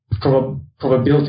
probability